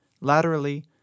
Laterally